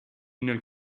nel